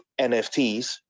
NFTs